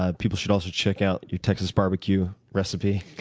ah people should also check out your texas barbecue recipe,